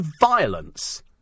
violence